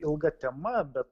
ilga tema bet